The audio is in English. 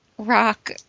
Rock